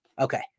Okay